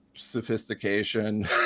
sophistication